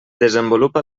desenvolupa